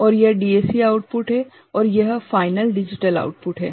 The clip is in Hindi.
और यह DAC आउटपुट है और यह फ़ाइनल डिजिटल आउटपुट है